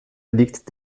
liegt